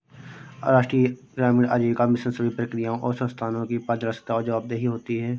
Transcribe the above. राष्ट्रीय ग्रामीण आजीविका मिशन सभी प्रक्रियाओं और संस्थानों की पारदर्शिता और जवाबदेही होती है